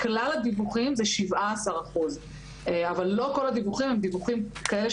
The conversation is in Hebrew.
מכלל הדיווחים זה 17%. אבל לא כל הדיווחים הם דיווחים כאלה,